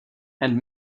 and